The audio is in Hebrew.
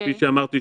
כפי שאמרתי,